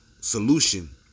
solution